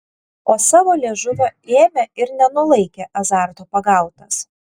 o savo liežuvio ėmė ir nenulaikė azarto pagautas